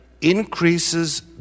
increases